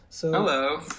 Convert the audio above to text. Hello